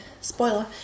spoiler